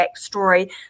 backstory